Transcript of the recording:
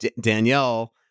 Danielle